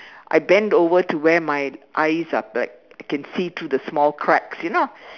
I bend over to where my eyes are like can see through the small cracks you know